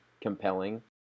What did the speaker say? compelling